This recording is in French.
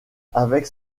avec